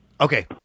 Okay